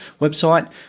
website